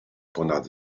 ponad